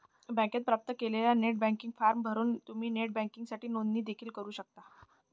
बँकेने प्राप्त केलेला नेट बँकिंग फॉर्म भरून तुम्ही नेट बँकिंगसाठी नोंदणी देखील करू शकता